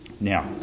Now